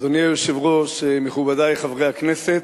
אדוני היושב-ראש, מכובדי חברי הכנסת,